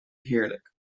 heerlijk